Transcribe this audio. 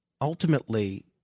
ultimately